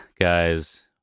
guys